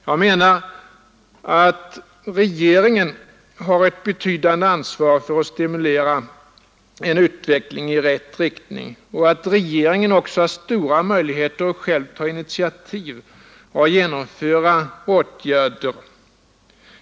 Jag menar att regeringen har ett betydande ansvar för att stimulera en utveckling i rätt riktning och att regeringen också har stora möjligheter att själv ta initiativ och genomföra åtgärder.